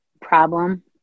problem